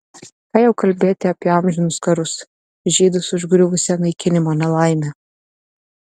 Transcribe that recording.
ką jau kalbėti apie amžinus karus žydus užgriuvusią naikinimo nelaimę